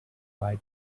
white